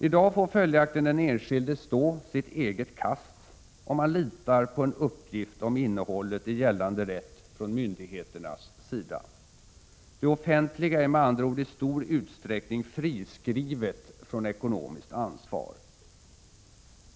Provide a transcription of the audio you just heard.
I dag får följaktligen den enskilde stå sitt eget kast, om han litar på en uppgift om innehållet i gällande rätt från myndigheternas sida. Det offentliga är med andra ord i stor utsträckning friskrivet från ekonomiskt ansvar.